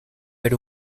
ver